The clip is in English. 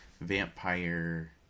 vampire